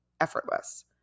effortless